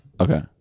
Okay